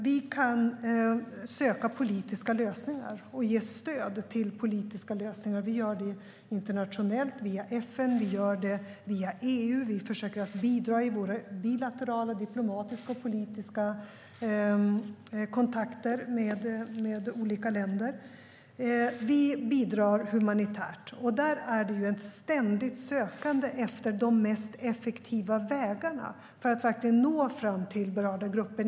Vi kan söka politiska lösningar och ge stöd till politiska lösningar. Vi gör det internationellt via FN. Vi gör det via EU. Vi försöker att bidra i våra bilaterala diplomatiska och politiska kontakter med olika länder. Vi bidrar humanitärt. Där är det ett ständigt sökande efter de mest effektiva vägarna för att verkligen nå fram till berörda grupper.